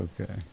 Okay